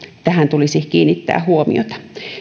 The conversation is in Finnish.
tähän tulisi kiinnittää huomiota